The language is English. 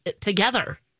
together